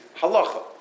Halacha